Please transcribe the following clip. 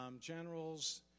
generals